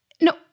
No